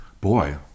boy